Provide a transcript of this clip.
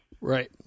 Right